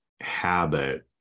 habit